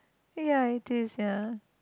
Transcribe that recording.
eh ya it is ya